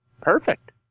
Perfect